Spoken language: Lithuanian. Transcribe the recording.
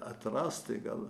atrasti gal